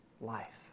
life